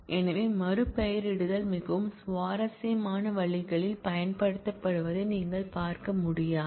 எனவே மறுபெயரிடுதல் மிகவும் சுவாரஸ்யமான வழிகளில் பயன்படுத்தப்படுவதை நீங்கள் பார்க்க முடியாது